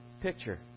picture